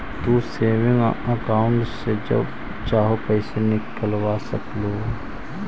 तू saving account से जब चाहो पैसे निकलवा सकलू हे